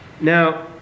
Now